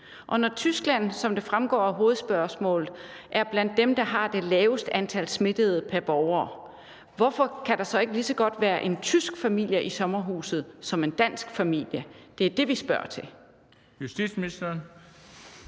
Når Tyskland, som det fremgår af hovedspørgsmålet, er blandt de lande, der har det laveste antal smittede i forhold til antal borgere, hvorfor kan der så ikke lige så godt være en tysk familie i sommerhuset som en dansk familie? Det er det, vi spørger til. Kl. 13:39 Den